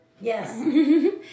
Yes